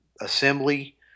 assembly